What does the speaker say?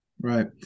Right